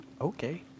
Okay